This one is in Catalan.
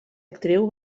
actriu